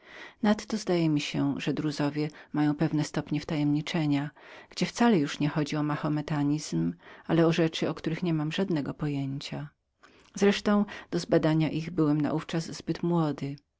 nadto zdaje mi się że daryci mają pewne stopnie tajemnic gdzie wcale już nie chodzi o mahometanizm ale o rzeczy o których niemam żadnego pojęcia wreszcie do zbadania ich byłem naówczas zbyt młodym